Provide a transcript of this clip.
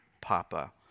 Papa